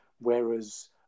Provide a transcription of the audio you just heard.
Whereas